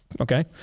Okay